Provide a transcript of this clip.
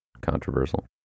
controversial